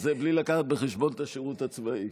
וזה בלי לקחת בחשבון את השירות הצבאי.